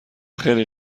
خیلی